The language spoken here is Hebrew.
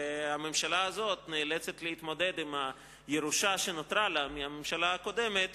והממשלה הזאת נאלצת להתמודד עם הירושה שנותרה לה מהממשלה הקודמת,